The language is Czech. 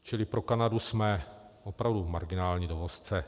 Čili pro Kanadu jsme opravdu marginální dovozce.